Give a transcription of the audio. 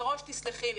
מראש תסלחי לי,